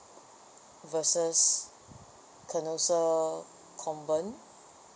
versus canossian convent